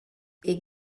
est